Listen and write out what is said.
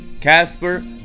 Casper